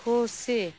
ᱠᱷᱩᱥᱤ